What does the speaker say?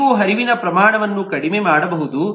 ನೀವು ಹರಿವಿನ ಪ್ರಮಾಣವನ್ನು ಕಡಿಮೆ ಮಾಡಬಹುದು